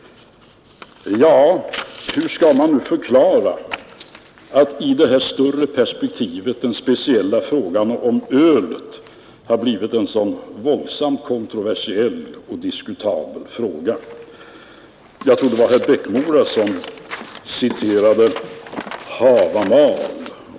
Hur skall man förklara att i det här större perspektivet den speciella frågan om ölet har blivit en så våldsamt kontroversiell och diskuterad fråga? Jag tror det var herr Eriksson i Bäckmora som citerade Havamal.